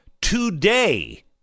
today